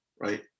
right